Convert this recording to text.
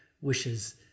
wishes